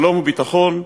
שלום וביטחון,